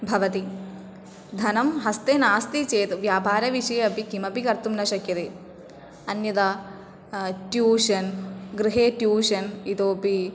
भवति धनं हस्ते नास्ति चेद् व्यापारविषये अपि किमपि कर्तुं न शक्यते अन्यथा ट्यूषन् गृहे ट्यूषन् इतोपि